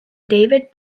david